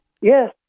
Yes